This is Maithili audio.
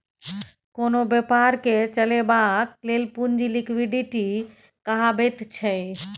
कोनो बेपारकेँ चलेबाक लेल पुंजी लिक्विडिटी कहाबैत छै